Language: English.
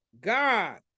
God